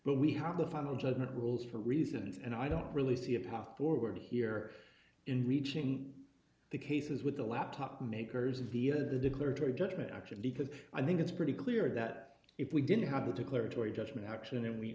but we have the final judgment rules for reasons and i don't really see a path forward here in reaching the cases with the laptop makers of the of the declaratory judgment action because i think it's pretty clear that if we didn't have a declaratory judgment action and we